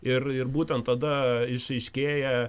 ir ir būtent tada išaiškėja